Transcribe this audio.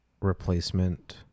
replacement